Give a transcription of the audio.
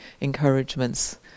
encouragements